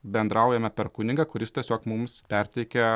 bendraujame per kunigą kuris tiesiog mums perteikia